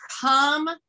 come